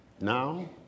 Now